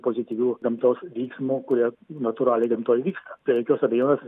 pozityvių gamtos vyksmų kurie natūraliai gamtoj vyksta be jokios abejonės